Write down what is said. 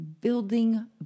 building